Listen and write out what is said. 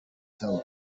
tower